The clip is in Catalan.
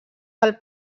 del